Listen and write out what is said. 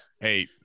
Hey